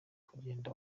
kugenda